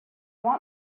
want